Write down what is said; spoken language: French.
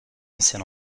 ancienne